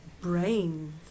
brain